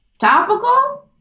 topical